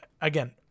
again